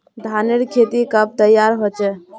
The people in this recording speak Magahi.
धानेर खेती कब तैयार होचे?